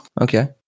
Okay